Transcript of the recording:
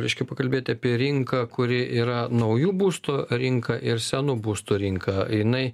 reiškia pakalbėti apie rinką kuri yra naujų būstų rinka ir senų būstų rinka jinai